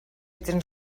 tens